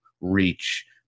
reach